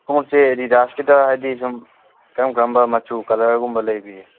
ꯈꯨꯃꯨꯛꯁꯦ ꯑꯦꯗꯤꯗꯥꯁꯀꯤꯗ ꯍꯥꯏꯗꯤ ꯁꯨꯝ ꯀꯔꯝ ꯀꯔꯝꯕ ꯃꯆꯨ ꯀꯂꯔꯒꯨꯝꯕ ꯂꯩꯕꯤꯒꯦ